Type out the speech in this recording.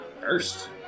first